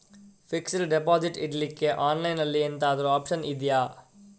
Fixed deposit ಇಡ್ಲಿಕ್ಕೆ online ಅಲ್ಲಿ ಎಂತಾದ್ರೂ ಒಪ್ಶನ್ ಇದ್ಯಾ?